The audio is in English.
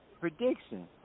Prediction